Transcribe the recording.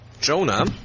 Jonah